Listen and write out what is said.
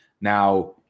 Now